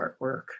artwork